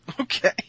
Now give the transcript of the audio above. Okay